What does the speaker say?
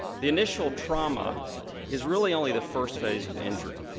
the initial trauma is really only the first phase of injury.